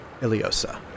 Iliosa